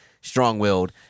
strong-willed